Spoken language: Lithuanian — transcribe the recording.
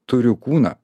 turiu kūną